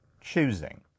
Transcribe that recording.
choosing